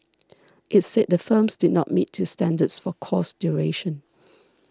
it said the firms did not meet its standards for course duration